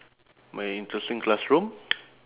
my interesting classroom